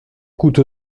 coûte